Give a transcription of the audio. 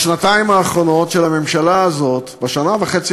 בשנתיים האחרונות של הממשלה הזאת בשנה וחצי